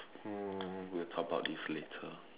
hmm we'll talk about this later